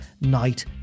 Night